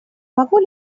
могу